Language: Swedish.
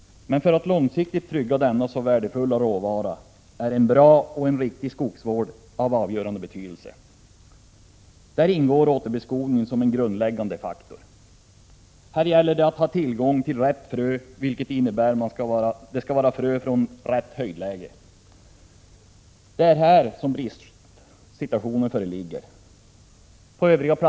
Men för att långsiktigt trygga denna så värdefulla råvara är en bra och en riktig skogsvård av avgörande betydelse. Däri ingår återbeskogning som en grundläggande faktor. Därvid gäller det att ha tillgång till rätt frö, vilket innebär att det skall vara frö från rätt höjdläge. På höjdlägen i Norrland råder brist på frö med härdighetstal överstigande 4.